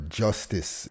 justice